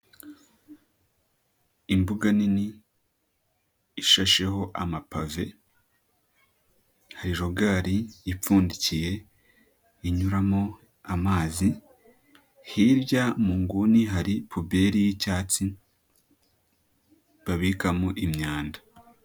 Imbuga nini ishasheho amapave hari rogari ipfundikiye inyuramo amazi, hirya mu nguni hari puberi y'icyatsi babikamo imyanda.